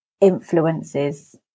influences